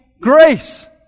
grace